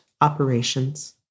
operations